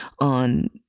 on